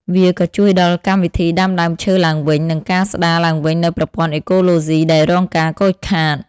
វាក៏ជួយដល់កម្មវិធីដាំដើមឈើឡើងវិញ និងការស្ដារឡើងវិញនូវប្រព័ន្ធអេកូឡូស៊ីដែលរងការខូចខាត។